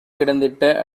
கிடந்திட்ட